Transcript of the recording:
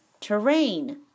Terrain